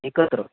एकत्र